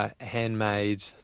handmade